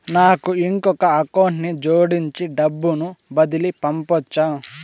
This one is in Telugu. నాకు ఇంకొక అకౌంట్ ని జోడించి డబ్బును బదిలీ పంపొచ్చా?